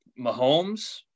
Mahomes